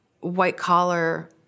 white-collar